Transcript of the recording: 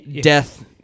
death